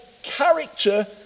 character